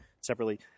separately